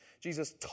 Jesus